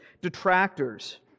detractors